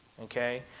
Okay